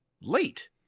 late